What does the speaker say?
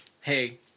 hey